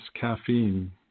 caffeine